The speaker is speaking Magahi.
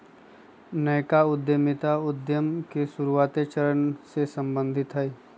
नयका उद्यमिता उद्यम के शुरुआते चरण से सम्बंधित हइ